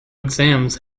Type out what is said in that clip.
exams